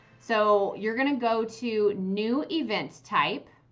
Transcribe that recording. so you're going to go to new events type.